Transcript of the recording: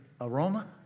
aroma